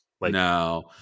No